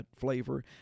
flavor